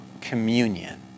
communion